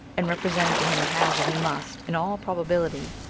and representing to him the hazard he must, in all probability,